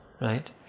Right